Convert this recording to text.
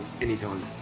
anytime